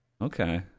Okay